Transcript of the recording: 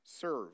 serve